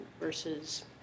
versus